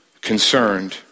concerned